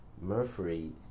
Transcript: Murphy